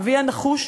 אבי הנחוש,